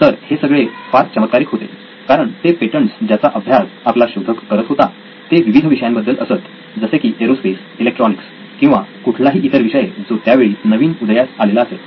तर हे सगळे फार चमत्कारिक होते कारण ते पेटंट्स ज्याचा अभ्यास आपला शोधक करत होता ते विविध विषयांबद्दल असत जसे की एरोस्पेस इलेक्ट्रॉनिक्स किंवा कुठलाही इतर विषय जो त्यावेळी नवीन उदयास आलेला असेल